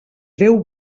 deu